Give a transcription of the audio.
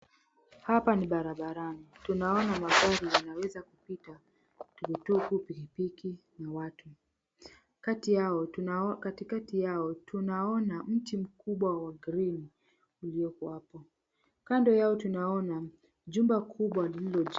Hapa ni barabarani tunaona magari yanaweza kupita , tukutuku, pikipiki na watu. Katikati yao tunaona mti mkubwa wa green iliyoko hapo. Kando yao tunaona jumba kubwa lililojengwa.